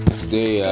today